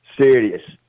serious